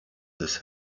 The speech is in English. this